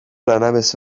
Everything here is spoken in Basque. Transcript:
lanabes